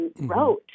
wrote